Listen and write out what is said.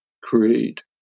create